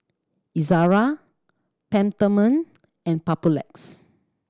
Ezerra Peptamen and Papulex